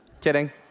Kidding